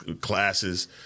classes